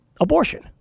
abortion